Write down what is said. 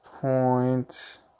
point